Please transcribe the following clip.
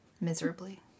miserably